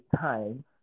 time